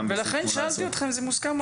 בסעיף 18. לכן שאלתי אותך אם זה מוסכם עליך.